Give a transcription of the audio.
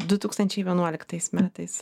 du tūkstančiai vienuoliktais metais